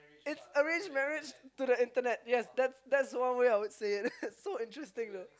it's arranged marriage to the Internet yes that's that's one way I would say it it's so interesting though